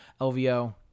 LVO